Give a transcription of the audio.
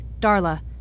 Darla